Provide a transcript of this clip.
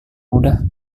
mudah